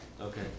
Okay